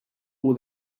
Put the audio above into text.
all